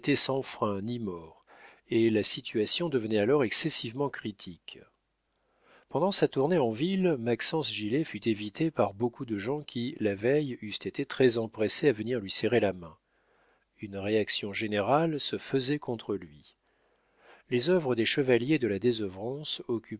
sans frein ni mors et la situation devenait alors excessivement critique pendant sa tournée en ville maxence gilet fut évité par beaucoup de gens qui la veille eussent été très empressés à venir lui serrer la main une réaction générale se faisait contre lui les œuvres des chevaliers de la désœuvrance